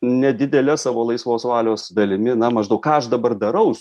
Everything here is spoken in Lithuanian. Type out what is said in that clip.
nedidele savo laisvos valios dalimi na maždaug ką aš dabar daraus